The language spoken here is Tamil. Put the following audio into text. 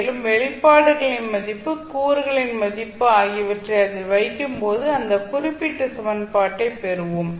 மேலும் வெளிப்பாடுகளின் மதிப்பு கூறுகளின் மதிப்பு ஆகியவற்றை அதில் வைக்கும் போது அந்த குறிப்பிட்ட சமன்பாட்டைப் பெறுவோம்